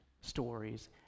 stories